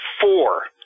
four